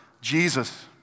Jesus